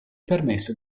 permesso